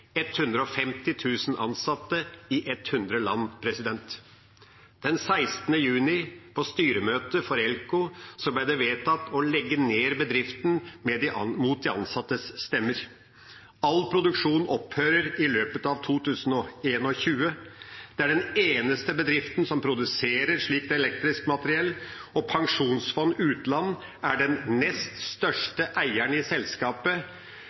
ansatte i 100 land. Den 16. juni, på styremøtet for ELKO, ble det vedtatt å legge ned bedriften, mot de ansattes stemmer. All produksjon opphører i løpet av 2021. Det er den eneste bedriften som produserer slikt elektrisk materiell. Statens pensjonsfond utland er den nest største eieren i selskapet,